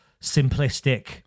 simplistic